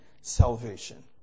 salvation